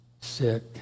sick